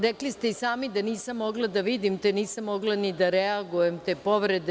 Rekli ste i sami da nisam mogla da vidim, te nisam mogla ni da reagujem na povredu.